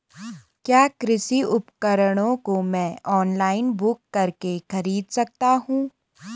क्या कृषि उपकरणों को मैं ऑनलाइन बुक करके खरीद सकता हूँ?